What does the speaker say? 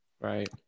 Right